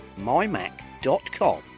mymac.com